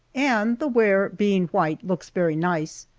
and the ware being white looks very nice,